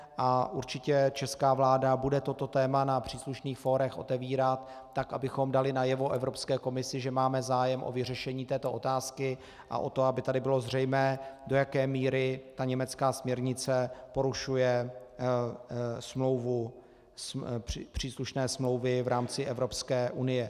A určitě česká vláda bude toto téma na příslušných fórech otevírat tak, abychom dali najevo Evropské komisi, že máme zájem o vyřešení této otázky a o to, aby tady bylo zřejmé, do jaké míry ta německá směrnice porušuje příslušné smlouvy v rámci Evropské unie.